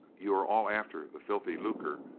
you are all after the filthy lucre,